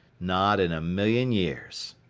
not in a million years.